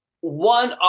one